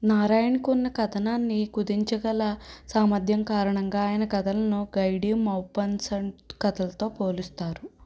నారాయణ్కు ఉన్న కథనాన్ని కుదించగల సామర్థ్యం కారణంగా ఆయన కథలను గైడి మౌపస్సంట్ కథలతో పోలుస్తారు